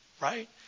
right